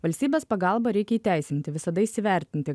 valstybės pagalbą reikia įteisinti visada įsivertinti